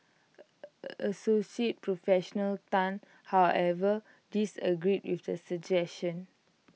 associate professional Tan however disagreed with the suggestion